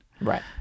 Right